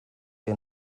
que